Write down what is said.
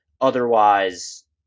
Otherwise